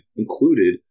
included